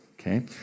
Okay